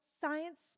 science